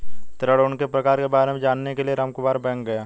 ऋण और उनके प्रकार के बारे में जानने के लिए रामकुमार बैंक गया